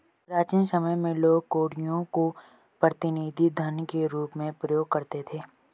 प्राचीन समय में लोग कौड़ियों को प्रतिनिधि धन के रूप में प्रयोग करते थे